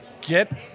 get